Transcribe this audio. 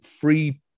free